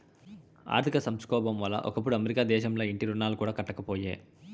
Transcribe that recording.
ఆర్థిక సంక్షోబం వల్ల ఒకప్పుడు అమెరికా దేశంల ఇంటి రుణాలు కూడా కట్టకపాయే